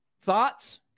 thoughts